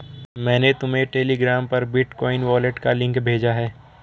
मैंने तुम्हें टेलीग्राम पर बिटकॉइन वॉलेट का लिंक भेजा है